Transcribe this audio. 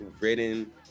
written